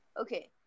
Okay